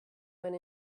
went